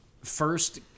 first